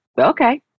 Okay